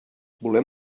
volem